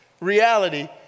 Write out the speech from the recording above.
reality